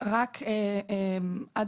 היו מתחילת השנה, רק עד